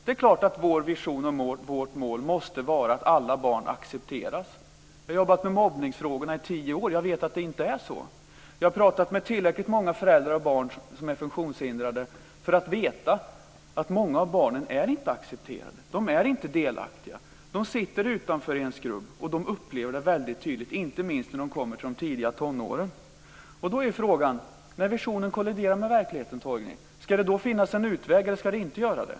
Det är klart att vår vision och vårt mål måste vara att alla barn accepteras. Jag har jobbat med mobbningsfrågor i tio år, och jag vet att det inte är så. Jag har pratat med tillräckligt många föräldrar och barn som är funktionshindrade för att veta att många av barnen inte är accepterade. De är inte delaktiga. De är utanför och har hamnat i en skrubb, och de upplever det väldigt tydligt, inte minst när de kommer till de tidiga tonåren. Då är frågan: När visionen kolliderar med verkligheten, Torgny, ska det då finnas en utväg eller ska det inte göra det?